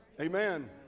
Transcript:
Amen